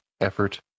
effort